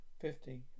Fifty